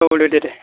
औ दे दे दे